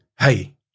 hey